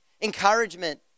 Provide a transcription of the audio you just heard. Encouragement